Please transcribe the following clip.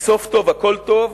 כי סוף טוב הכול טוב.